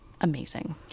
amazing